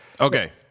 okay